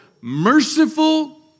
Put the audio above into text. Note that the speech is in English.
merciful